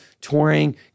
touring